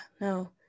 no